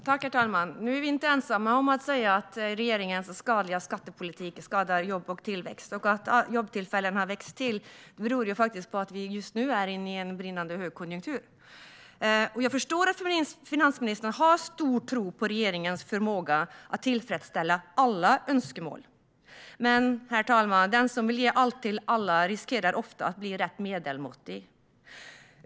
Herr talman! Vi är inte ensamma om att säga att regeringens skattepolitik skadar jobb och tillväxt. Att antalet arbetstillfällen ökat beror på att vi just nu är inne i en brinnande högkonjunktur. Jag förstår att finansministern har en stark tro på regeringens förmåga att tillfredsställa alla önskemål. Men, herr talman, den som vill ge allt till alla riskerar ofta att bli rätt medelmåttig.